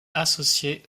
associée